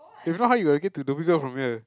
if not how you gonna get to Dhoby-Ghaut from here